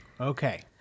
Okay